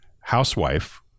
housewife